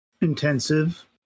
intensive